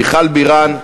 מיכל בירן,